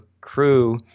crew